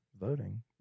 voting